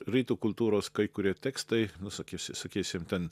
rytų kultūros kai kurie tekstai nu sakysim sakysim ten